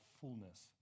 fullness